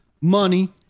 money